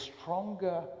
stronger